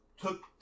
took